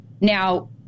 Now